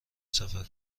سفر